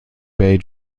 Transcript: bay